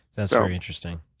that's very interesting.